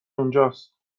اونجاست